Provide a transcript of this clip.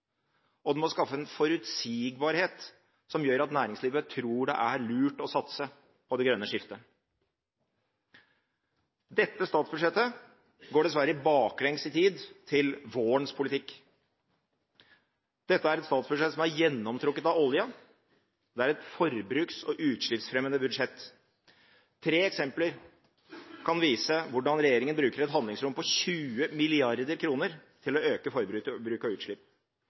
og det andre er at den må skaffe en forutsigbarhet som gjør at næringslivet tror det er lurt å satse på det grønne skiftet. Dette statsbudsjettet går dessverre baklengs i tid, til vårens politikk. Dette er et statsbudsjett som er gjennomtrukket av olje, det er et forbruks- og utslippsfremmende budsjett. Tre eksempler kan vise hvordan regjeringen bruker et handlingsrom på 20 mrd. kr til å øke forbruk og utslipp. Av